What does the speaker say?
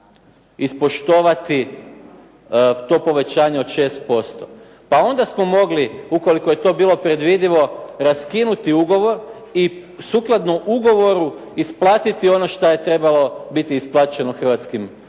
ispštovati to povećanje od 6%. Pa onda smo mogli, ukoliko je to bilo predvidljivo, raskinuti ugovor i sukladno ugovoru isplatiti ono što je trebalo biti isplaćeno hrvatskim radnicima